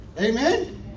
Amen